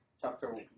Chapter